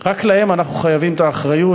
רק להם אנחנו חייבים באחריות,